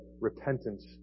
repentance